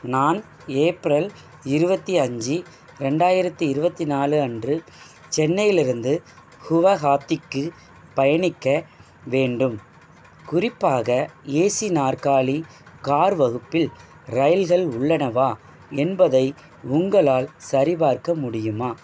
நான் ஏப்ரல் இருபத்தி அஞ்சு ரெண்டாயிரத்தி இருபத்தி நாலு அன்று சென்னையிலிருந்து குவஹாத்திக்கு பயணிக்க வேண்டும் குறிப்பாக ஏசி நாற்காலி கார் வகுப்பில் ரயில்கள் உள்ளனவா என்பதை உங்களால் சரிபார்க்க முடியுமா